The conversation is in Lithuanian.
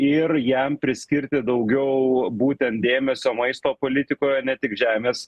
ir jam priskirti daugiau būtent dėmesio maisto politikoje ne tik žemės